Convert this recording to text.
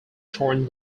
torn